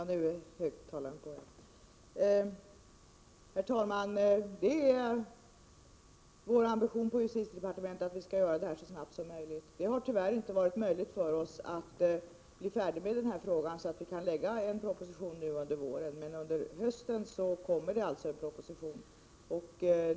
Herr talman! Det är vår ambition på justitiedepartementet att vi skall göra det här arbetet så snabbt som möjligt. Det har tyvärr inte varit möjligt för oss att bli färdiga med den här frågan så att vi kan lägga fram en proposition nu under våren. Men under hösten kommer det alltså en proposition.